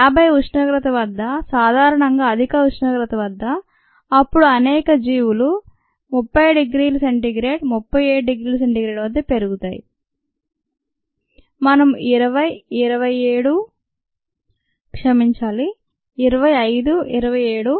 50 ఉష్ణోగ్రత వద్ద సాధారణంగా అధిక ఉష్ణోగ్రత వద్ద అప్పుడు అనేక బయో ులు 30 డిగ్రీల c 37 డిగ్రీల c వద్ద పెరుగుతాయి మనం 20 27 oh sorm 25 27 మరియు ఇంకా ఎన్ని